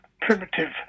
primitive